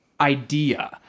idea